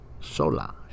Sola